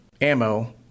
ammo